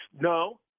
No